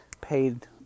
paid